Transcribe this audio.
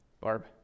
Barb